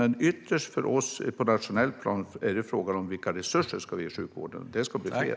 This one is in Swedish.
Men ytterst, på ett nationellt plan, är det för oss fråga om vilka resurser vi ska ge sjukvården. Det ska bli mer.